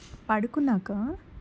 పడుకున్నాక